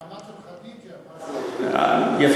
המעמד של חדיג'ה, מה